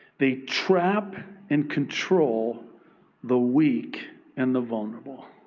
they trap and control the weak and the vulnerable.